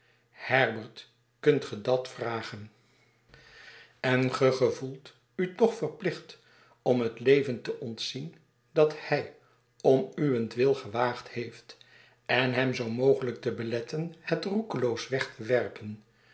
herbert kunt ge dat vragen en ge gevoelt u toch verplicht om het leven te ontzien dat hij om uwentwil gewaagd heeft en hem zoo mogelijk te beletten het roekeloos weg